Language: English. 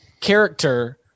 character